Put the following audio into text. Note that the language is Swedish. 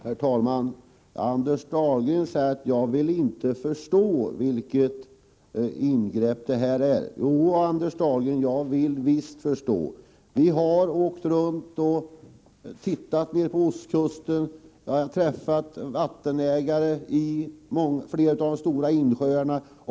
Herr talman! Anders Dahlgren säger att jag inte vill förstå vilket ingrepp det här är. Jo, Anders Dahlgren, jag vill visst förstå. Vi har åkt runt på Ostkusten och tittat och också träffat människor som äger vatten i de stora insjöarna.